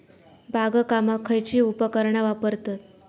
बागकामाक खयची उपकरणा वापरतत?